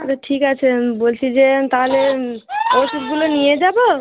আচ্ছা ঠিক আছে বলছি যে তাহলে ওষুধগুলো নিয়ে যাব